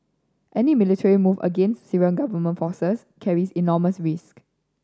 any military move against Syrian government forces carries enormous risk